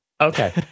okay